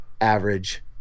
average